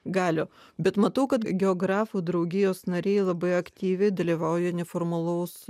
galių bet matau kad geografų draugijos nariai labai aktyviai dalyvauja neformalaus